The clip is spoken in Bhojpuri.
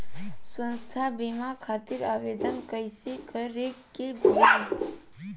स्वास्थ्य बीमा खातिर आवेदन कइसे करे के होई?